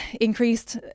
Increased